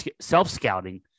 self-scouting